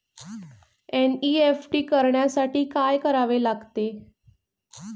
NEFT करण्यासाठी काय करावे लागते?